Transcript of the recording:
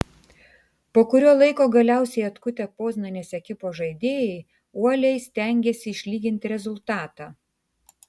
po kurio laiko galiausiai atkutę poznanės ekipos žaidėjai uoliai stengėsi išlyginti rezultatą